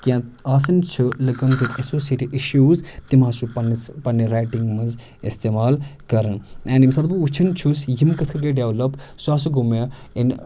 کینٛہہ آسان چھِ لُکَن سۭتۍ اٮ۪سوسیٹڑ اِشوٗز تِم ہَسا چھِ پنٛنِس پَننہِ رایٹِنٛگ منٛز استعمال کَران اینڈ ییٚمہِ ساتہٕ بہٕ وٕچھان چھُس یِم کِتھ کٲٹھۍ گٔیے ڈٮ۪ولَپ سُہ ہَسا گوٚو مےٚ اِن